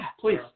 please